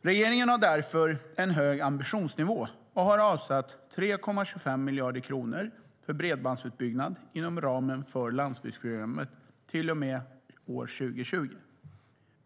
Regeringen har därför en hög ambitionsnivå och har avsatt 3,25 miljarder kronor för bredbandsutbyggnad inom ramen för Landsbygdsprogrammet till och med 2020.